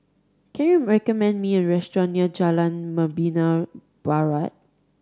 can you recommend me a restaurant near Jalan Membina Barat